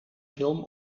film